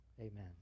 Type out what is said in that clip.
amen